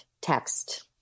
text